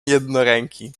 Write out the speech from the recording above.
jednoręki